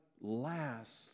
lasts